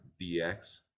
dx